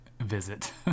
visit